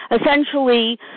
essentially